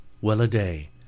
Well-a-day